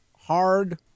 hard